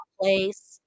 place